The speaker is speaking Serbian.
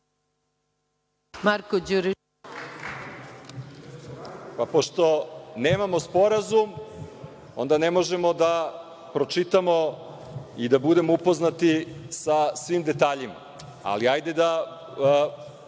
Pošto nemamo sporazum, onda ne može da pročitamo i da budemo upoznati sa svim detaljima, ali hajde da